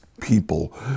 people